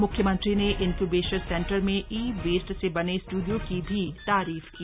मुख्यमंत्री ने incubation centre में ई वेस्ट से बने स्टूडियो की भी तारीफ की